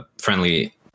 friendly